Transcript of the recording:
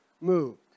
Moved